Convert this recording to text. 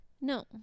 No